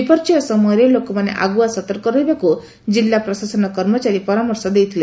ବିପର୍ଯ୍ୟ ସମୟରେ ଲୋକମାନେ ଆଗୁଆ ସତର୍କ ରହିବାକୁ ଜିଲ୍ଲା ପ୍ରଶାସନ କର୍ମଚାରୀ ପରାମର୍ଶ ଦେଇଥିଲେ